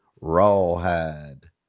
Rawhide